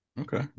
okay